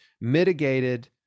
mitigated